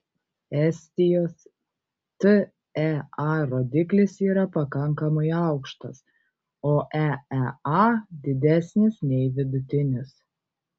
estijos tea rodiklis yra pakankamai aukštas o eea didesnis nei vidutinis